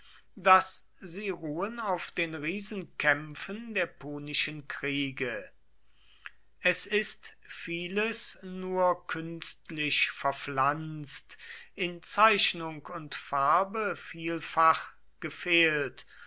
daß sie ruhen auf den riesenkämpfen der punischen kriege es ist vieles nur künstlich verpflanzt in zeichnung und farbe vielfach gefehlt